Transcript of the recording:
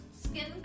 skin